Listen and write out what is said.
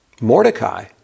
Mordecai